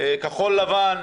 כחול לבן,